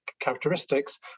characteristics